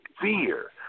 fear